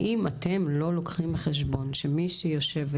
האם אתם לא לוקחים בחשבון שמי שיושבת